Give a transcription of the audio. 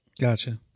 Gotcha